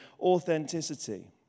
authenticity